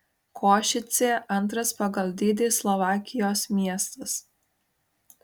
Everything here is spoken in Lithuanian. košicė antras pagal dydį slovakijos miestas